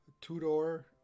Two-door